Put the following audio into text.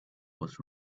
was